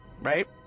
right